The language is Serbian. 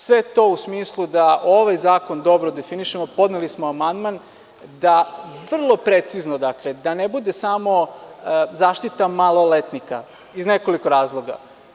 Sve u smislu da ovaj zakon dobro definišemo, podneli smo amandman da bude vrlo precizno, da ne bude samo zaštita maloletnika, iz nekoliko razloga.